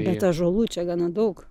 bet ąžuolų čia gana daug